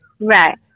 Right